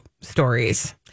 stories